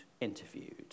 interviewed